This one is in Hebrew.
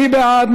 מי בעד?